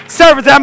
service